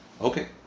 Okay